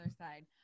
side